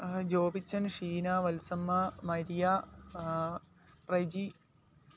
Jobichan Sheena Valsamma Maria Reji